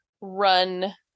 run